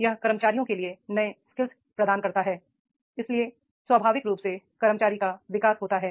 यह कर्मचारियों के लिए नए स्किल्स प्रदान करता है इसलिए स्वाभाविक रूप से कर्मचारी का विकास होता है